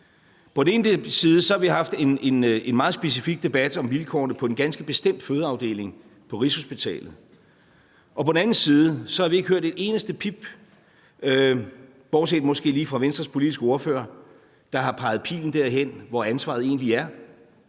På den ene side har vi haft en meget specifik debat om vilkårene på en ganske bestemt fødeafdeling på Rigshospitalet, og på den anden side har vi ikke hørt et eneste pip, bortset måske lige fra Venstres politiske